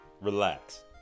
relax